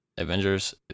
avengers